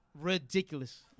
ridiculous